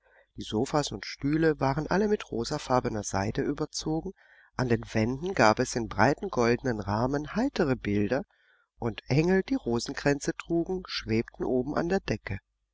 die sofas und stühle waren alle mit rosafarbener seide überzogen an den wänden gab es in breiten goldenen rahmen heitere bilder und engel die rosenkränze trugen schwebten oben an der decke